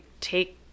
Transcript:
take